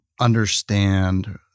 understand